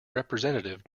representative